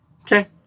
Okay